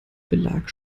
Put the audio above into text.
belag